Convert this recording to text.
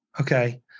okay